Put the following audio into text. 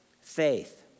faith